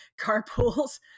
carpools